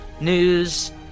news